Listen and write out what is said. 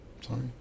Sorry